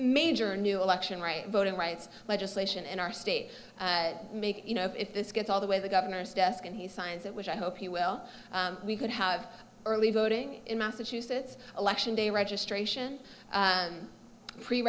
major new election right voting rights legislation in our state make you know if this gets all the way the governor's desk and he signs it which i hope he will we could have early voting in massachusetts election day registration